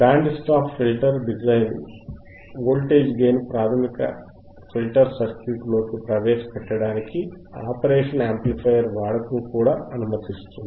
band stop filter design voltage gain ప్రాథమిక filter సర్క్యూట్లోకి ప్రవేశపెట్టడానికి ఆపరేషన్ యాంప్లిఫైయర్ల వాడకం కూడా అనుమతిస్తుంది